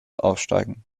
aufsteigen